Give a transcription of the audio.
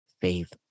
faith